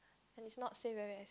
and it's not say very ex~